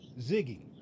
Ziggy